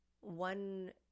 one